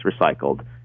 recycled